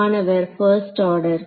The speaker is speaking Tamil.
மாணவர் 1st ஆர்டர்